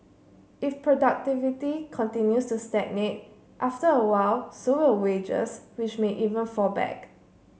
if productivity continues to stagnate after a while so will wages which may even fall back